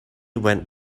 went